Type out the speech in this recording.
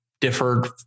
differed